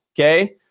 Okay